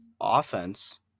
offense